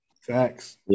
Facts